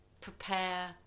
prepare